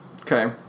Okay